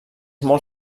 molt